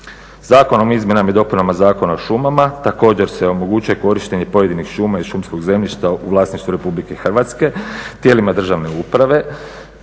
Zakonom o izmjenama i dopunama Zakona o šumama također se omogućuje korištenje pojedinih šuma i šumskog zemljištva u vlasništvu Republike Hrvatske, tijelima državne uprave